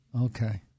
Okay